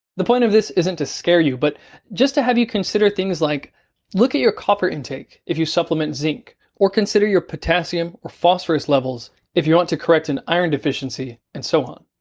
the point of this isn't to scare you, but just to have you consider things like look at your copper intake if you supplement zinc or consider your potassium or phosphorus levels if you want to correct an iron deficiency and so on.